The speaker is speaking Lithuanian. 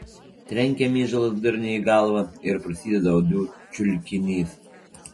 trenkia myžalas durniui į galvą ir prasideda uodų čiulkinys